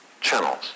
channels